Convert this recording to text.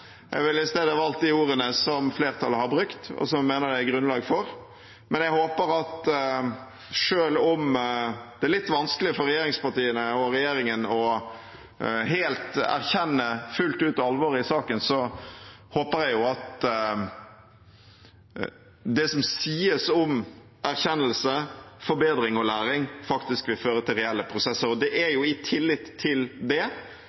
Jeg ville i stedet valgt de ordene som flertallet har brukt, og som jeg mener det er grunnlag for. Men jeg håper at selv om det er litt vanskelig for regjeringspartiene og regjeringen helt å erkjenne fullt ut alvoret i saken, håper jeg at det som sies om erkjennelse, forbedring og læring, faktisk vil føre til reelle prosesser. Det er jo i tillit til det